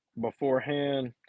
beforehand